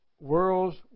world's